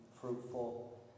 fruitful